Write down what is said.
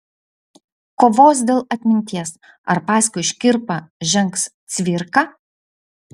kovos dėl atminties ar paskui škirpą žengs cvirka